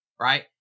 right